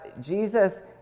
Jesus